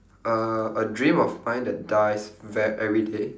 uh a dream of mine that dies ve~ everyday